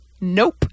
nope